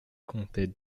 comptait